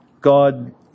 God